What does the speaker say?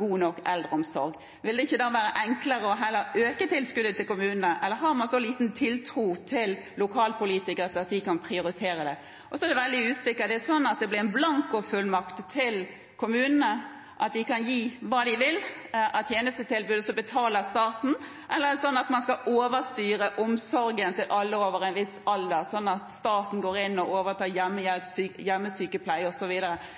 god nok eldreomsorg. Vil det ikke da være enklere heller å øke tilskuddet til kommunene, eller har man så liten tiltro til lokalpolitikere og til at de kan prioritere det? Det er veldig usikkert. Er det sånn at det blir gitt en blankofullmakt til kommunene, slik at de kan gi hva de vil av tjenestetilbud og så betaler staten, eller er det sånn at man skal overstyre omsorgen til alle over en viss alder, sånn at staten går inn og overtar hjemmehjelp, hjemmesykepleie,